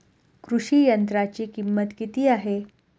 कृषी यंत्राची किंमत किती आहे?